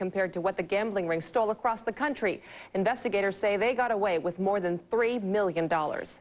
compared to what the gambling ring stole across the country investigators say they got away with more than three million